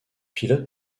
pilote